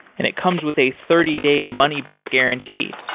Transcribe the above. and it comes with a thirty day money-back guarantee.